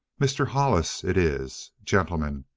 mr. hollis it is! gentlemen,